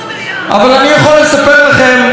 אבל אני יכול לספר לכם,